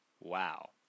Wow